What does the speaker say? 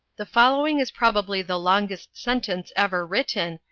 the following is probably the longest sentence ever written,